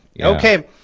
Okay